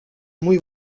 muy